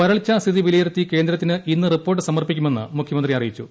വരൾച്ച സ്ഥിതി വിലയിരുത്തി കേന്ദ്രത്തിന് ഇന്ന് റിപ്പോർട്ട് സമർപ്പിക്കുമെന്ന് മുഖ്യമന്ത്രി അറിയിച്ചു